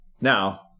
now